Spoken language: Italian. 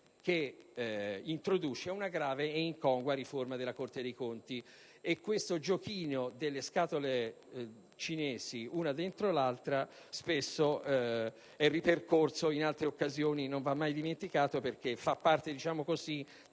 provvedimento una grave ed incongrua riforma della Corte dei conti. Questo giochino delle scatole cinesi, una dentro l'altra, è spesso ripercorso in altre occasioni e non va mai dimenticato, perché fa parte della tecnica